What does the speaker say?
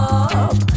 up